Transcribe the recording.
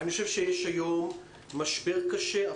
יש היום משבר קשה,